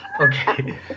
okay